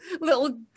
little